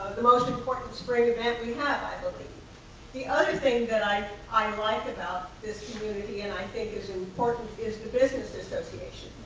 the most important spring event we have, i believe. the other thing that i i um like about this community and i think is important is the business association.